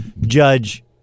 judge